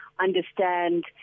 understand